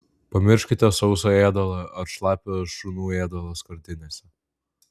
pamirškite sausą ėdalą ar šlapią šunų ėdalą skardinėse